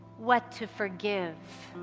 what to forgive,